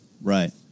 Right